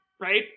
right